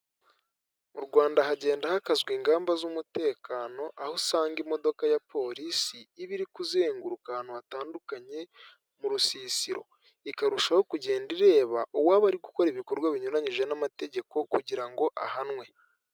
Mu rwanda hagenda hakazwa ingamba z'umutekano aho usanga imodoka ya porisi iba iri kuzenguruka ahantu hatandukanye mu rusisiro ikarushaho kugenda ireba uwaba ari gukora ibikorwa binyuranyije n'amategeko kugira ngo ahanwe.